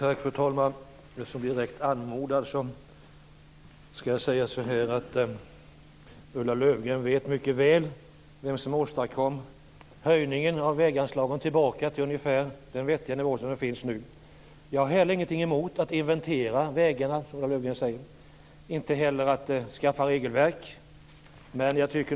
Fru talman! Eftersom jag blev direkt anmodad att säga något skall jag säga följande. Ulla Löfgren vet mycket väl vem som åstadkom höjningen av väganslagen så att de kom tillbaka till den vettiga nivå de har nu. Jag har heller ingenting emot att inventera vägarna, som Ulla Löfgren säger, och inte heller att skaffa regelverk.